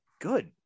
good